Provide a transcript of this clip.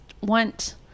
want